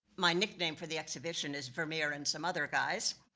my nickname for the exhibition is vermeer and some other guys.